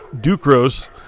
Ducros